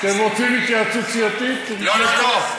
אתם רוצים התייעצות סיעתית, מפלגת, לא, לא, לא.